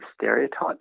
stereotypes